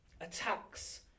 attacks